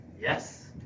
Yes